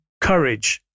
courage